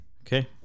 Okay